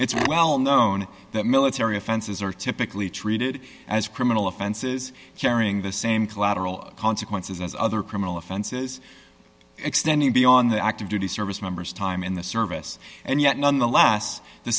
it's well known that military offenses are typically treated as criminal offenses sharing the same collateral consequences as other criminal offenses extending beyond the active duty service members time in the service and yet nonetheless the